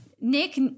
Nick